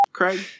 Craig